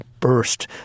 burst